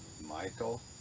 Michael